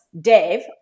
Dave